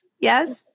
yes